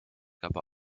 aber